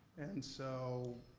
and so,